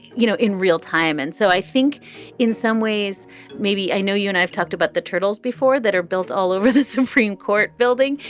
you know, in real time. and so i think in some ways maybe i know you and i've talked about the turtles before that are built all over the supreme court building.